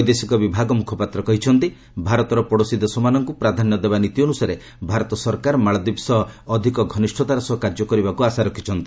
ବୈଦେଶିକ ବିଭାଗ ମ୍ରଖପାତ୍ର କହିଛନ୍ତି ଭାରତର ପଡ଼ୋଶି ଦେଶମାନଙ୍କୁ ପ୍ରାଧାନ୍ୟ ଦେବା ନୀତି ଅନୁସାରେ ଭାରତ ସରକାର ମାଳଦୀପ ସହ ଅଧିକ ଘନିଷ୍ଠତାର ସହ କାର୍ଯ୍ୟ କରିବାକୁ ଆଶା ରଖିଛନ୍ତି